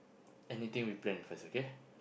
anything we plan first okay